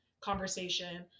conversation